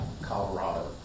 Colorado